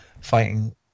fighting